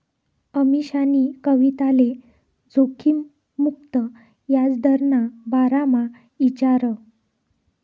अमीशानी कविताले जोखिम मुक्त याजदरना बारामा ईचारं